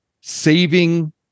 saving